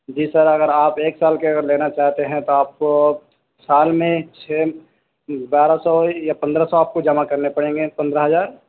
جی sir اگر آپ ایک سال کے اگر لینا چاہتے ہیں تو آپ کو سال میں چھ بارہ سو یا پندرہ سو آپ کو جمع کرنے پڑیں گے پندرہ ہزار